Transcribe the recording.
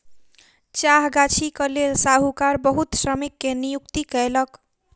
चाह गाछीक लेल साहूकार बहुत श्रमिक के नियुक्ति कयलक